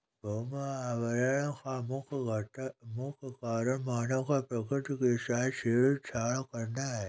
भूमि अवकरण का मुख्य कारण मानव का प्रकृति के साथ छेड़छाड़ करना है